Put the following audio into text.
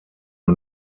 nur